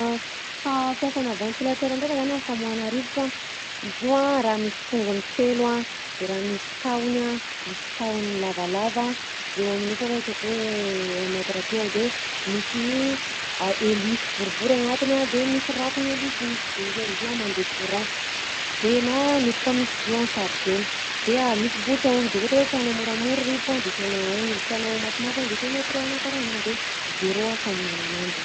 Fa- fiasanà ventilatera ndraika zany am'famoahana rivotra: izy io a raha misy tongony telo a, de raha misy tahony a, misy tahony lavalava eo amin'ny ohatra hoe ataoko hoe un mètre akeo, de misy a- helisy boribory agnatiny a de misy rakony helisy igny; de izy a- izy io a mandeha courant; de na mety koa misy izy io a chargena, de misy bouton-gno de ohatra hoe tianao moramora rivotra de ataonao un-gn'izy, tianao mafimafy a de ataonao trois na karahan'zany de zéro a famonoàna ananjy.